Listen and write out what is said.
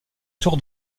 tour